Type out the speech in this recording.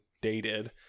dated